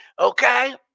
Okay